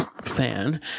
fan